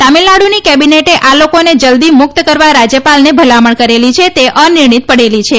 તામિલનાડુની કેબિનેટે આ લોકોને જલ્દી મુક્ત કરવા રાજ્યપાલને ભલામણ કરેલી છેતે અનિર્ણિત પડેલી છે